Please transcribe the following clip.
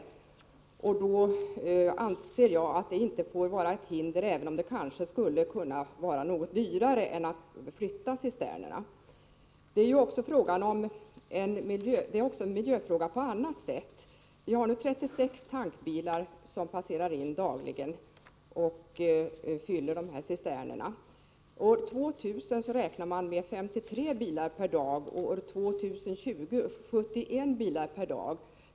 Mot den bakgrunden borde man pröva det alternativet, även om det kanske är något dyrare än att flytta cisternerna. Det här är en miljöfråga också på annat sätt. I dag är det 36 tankbilar som dagligen kör in på området och fyller cisternerna. Man räknar med att det blir 53 bilar per dag år 2000 och 71 år 2020.